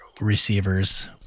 receivers